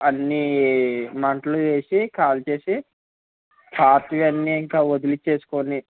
అన్నీ మంటలో వేసి కాల్చి పాతవి అన్నీ ఇంక వదిలించేసుకుని